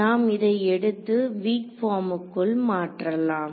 நாம் இதை எடுத்து வீக் பார்முக்குள் மாற்றலாம்